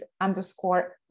underscore